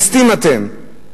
ליסטים אתם.